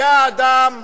היה אדם,